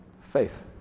faith